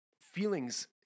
feelings